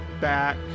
back